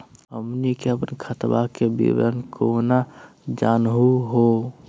हमनी के अपन खतवा के विवरण केना जानहु हो?